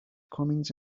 comings